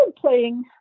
playing